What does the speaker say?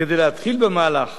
כדי להתחיל במהלך